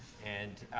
and,